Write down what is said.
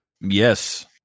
Yes